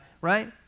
Right